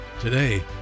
today